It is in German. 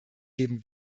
geben